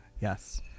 Yes